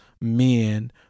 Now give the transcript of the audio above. men